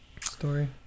story